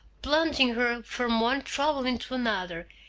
plunging her from one trouble into another,